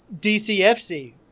DCFC